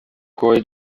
corée